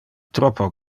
troppo